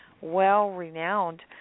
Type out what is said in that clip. well-renowned